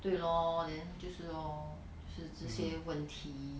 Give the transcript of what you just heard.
对 lor then 就是 lor 是这些问题